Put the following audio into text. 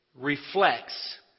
reflects